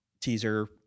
teaser